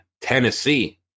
Tennessee